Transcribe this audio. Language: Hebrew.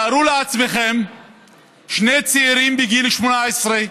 תארו לעצמכם שני צעירים בגיל 18,